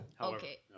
Okay